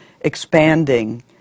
expanding